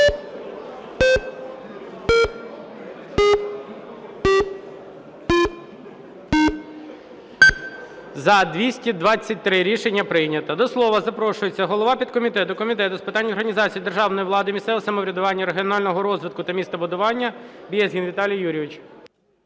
За-223 Рішення прийнято. До слова запрошується голова підкомітету Комітету з питань організації державної влади, місцевого самоврядування, регіонального розвитку та містобудування Безгін Віталій Юрійович.